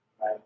Right